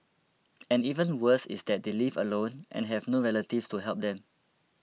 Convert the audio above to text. and even worse is that they live alone and have no relatives to help them